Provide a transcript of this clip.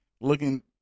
looking